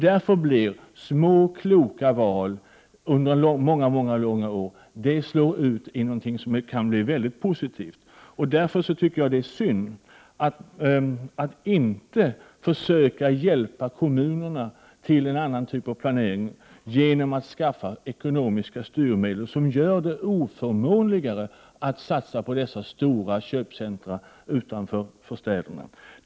Många, kloka val under många, långa år kan leda till något mycket positivt. Jag tycker att det är synd att man inte försöker hjälpa kommunerna till en annan typ av planering genom att skapa ekonomiska styrmedel som gör det oförmånligare att satsa på dessa stora köpcentra utanför städerna.